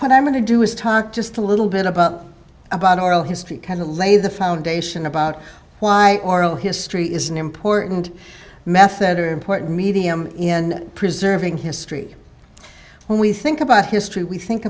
what i'm going to do is talk just a little bit about about oral history kind of lay the foundation about why oral history is an important method or important medium in preserving history when we think about history we think